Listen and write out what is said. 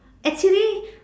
actually